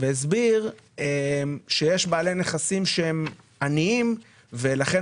הסביר שיש בעלי נכסים שהם עניים ולכן